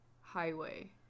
highway